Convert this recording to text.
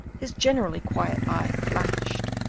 his generally quiet eye flashed,